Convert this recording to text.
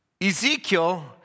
Ezekiel